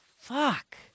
fuck